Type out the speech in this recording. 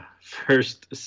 first